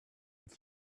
with